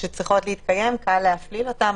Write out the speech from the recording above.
שצריכות להתקיים קל להפליל אותן.